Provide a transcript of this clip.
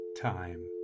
time